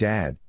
Dad